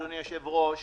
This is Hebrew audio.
אדוני היושב-ראש,